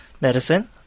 medicine